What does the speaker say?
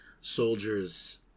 soldiers